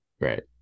right